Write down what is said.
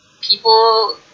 people